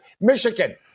Michigan